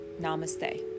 Namaste